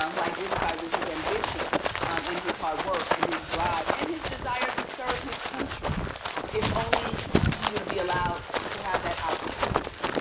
um who i identify with his ambition um and his hard work and his drive and his desire to serve his country if only he would be allowed to have that opportunity.